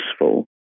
useful